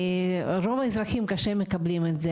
רוב האזרחים מקבלים את זה קשה.